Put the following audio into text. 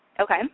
Okay